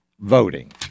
voting